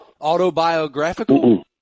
autobiographical